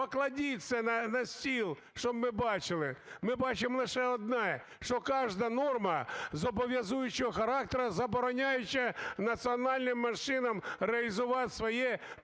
покладіть це на стіл, щоб ми бачили. Ми бачимо лише одне: що кожна норма зобов'язуючого характеру, забороняюча національним меншинам реалізувати своє природне